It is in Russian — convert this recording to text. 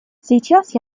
сейчас